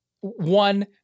one